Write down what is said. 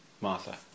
Martha